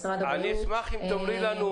אשמח אם תאמרי לנו,